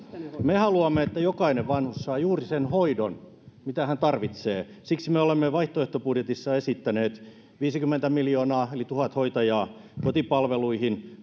me haluamme että jokainen vanhus saa juuri sen hoidon mitä hän tarvitsee siksi me olemme vaihtoehtobudjetissamme esittäneet viisikymmentä miljoonaa eli tuhat hoitajaa kotipalveluihin